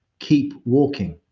keep walking.